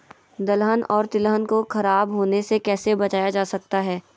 दलहन और तिलहन को खराब होने से कैसे बचाया जा सकता है?